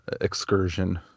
excursion